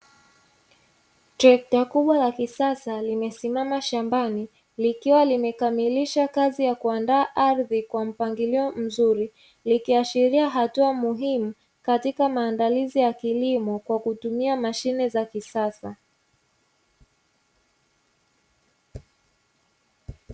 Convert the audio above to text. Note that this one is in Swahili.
Trekta kubwa la kisasa limesimama shambani likiwa limekamilisha kazi ya kuandaa ardhi kwa mpangilio mzuri, likiashiria hatua muhimu katika maandalizi ya kilimo kwa kutumia mashine za kisasa.